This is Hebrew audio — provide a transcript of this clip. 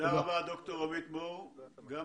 אנחנו מבינים שהיעד